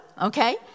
okay